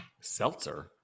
Seltzer